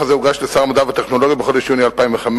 הדוח הזה הוגש לשר המדע והטכנולוגיה בחודש יוני 2005,